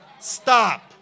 stop